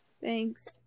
Thanks